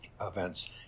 events